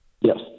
Yes